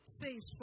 says